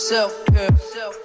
Self-care